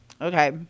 Okay